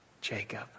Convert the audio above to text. Jacob